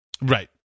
Right